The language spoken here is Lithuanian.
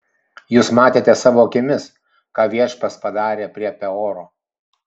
jūs matėte savo akimis ką viešpats padarė prie peoro